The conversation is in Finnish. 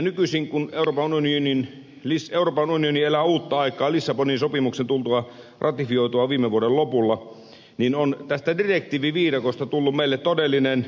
nykyisin kun euroopan unioni elää uutta aikaa lissabonin sopimuksen tultua ratifioiduksi viime vuoden lopulla on tästä direktiiviviidakosta tullut meille todellinen pallo jalkaan